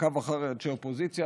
מעקב אחרי אנשי אופוזיציה.